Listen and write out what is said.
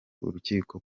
urukiko